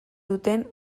duten